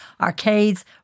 arcades